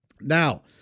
Now